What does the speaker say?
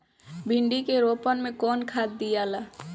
भिंदी के रोपन मे कौन खाद दियाला?